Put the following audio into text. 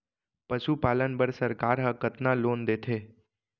पशुपालन बर सरकार ह कतना लोन देथे?